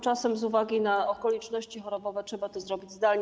Czasem z uwagi na okoliczności chorobowe trzeba to zrobić zdalnie.